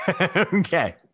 Okay